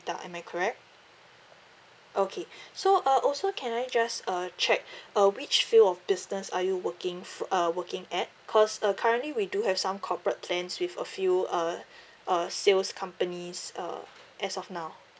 am I correct okay so uh also can I just uh check uh which field of business are you working fo~ uh working at because uh currently we do have some corporate plans with a few uh uh sales companies uh as of now